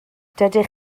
dydych